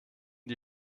die